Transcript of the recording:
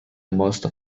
most